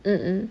mm mm